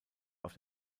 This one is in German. auf